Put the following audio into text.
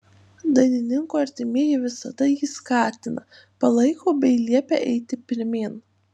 dainininko artimieji visada jį skatina palaiko bei liepia eiti pirmyn